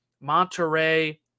Monterey